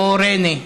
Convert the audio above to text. או ריינה,